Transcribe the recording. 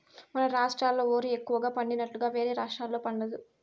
మన రాష్ట్రాల ఓరి ఎక్కువగా పండినట్లుగా వేరే రాష్టాల్లో పండదు